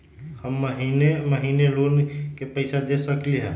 हम महिने महिने लोन के पैसा दे सकली ह?